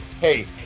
hey